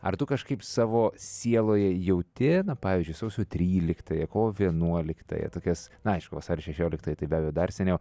ar tu kažkaip savo sieloje jauti na pavyzdžiui sausio tryliktąją kovo vienuoliktąją tokias na aišku vasario šešioliktoji tai be abejo dar seniau